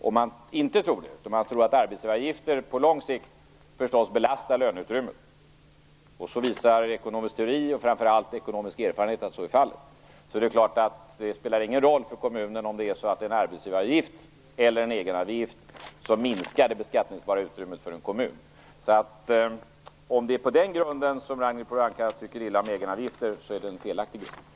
Om man inte tror det utan tror att arbetsgivaravgifter på lång sikt belastar löneutrymmet - ekonomisk teori och framför allt ekonomisk erfarenhet visar att så fallet - inser man att det inte spelar någon roll för kommunen om det är en arbetsgivaravgift eller en egenavgift som minskar det beskattningsbara utrymmet för en kommun. Om det är på den grunden som Ragnhild Pohanka tycker illa om egenavgifter är det en felaktig beskrivning.